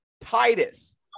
Titus